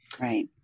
Right